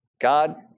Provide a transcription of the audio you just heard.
God